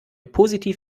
positiv